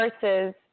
versus